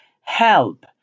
help